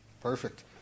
perfect